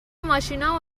ماشینا